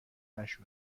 نشد